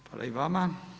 Hvala i vama.